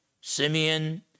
Simeon